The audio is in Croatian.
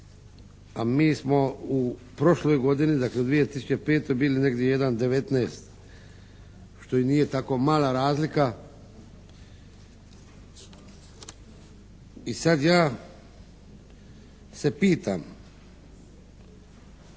a mi smo u prošloj godini, dakle u 2005. bili negdje jedan devetnaest što i nije tako mala razlika i sad ja se pitam